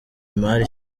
imari